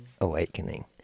awakening